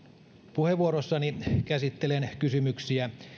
puheenvuorossani käsittelen kysymyksiä